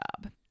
job